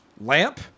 lamp